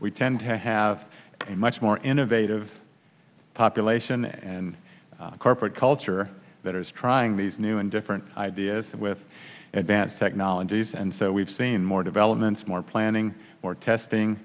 we tend to have a much more innovative population and a corporate culture that is trying these new and different ideas with an advanced technologies and so we've seen more developments more planning more testing